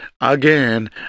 again